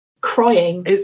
crying